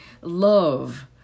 love